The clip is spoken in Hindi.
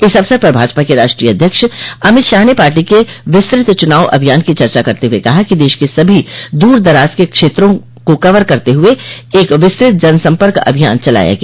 इस अवसर पर भाजपा के राष्ट्रीय अध्यक्ष अमित शाह ने पार्टी के विस्तृत चुनाव अभियान की चर्चा करते हुए कहा कि देश के सभी दूर दराज के क्षेत्रों को कवर करते हुए एक विस्तृत जनसम्पर्क अभियान चलाया गया